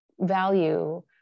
value